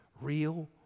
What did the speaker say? real